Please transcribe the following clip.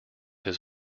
his